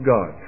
God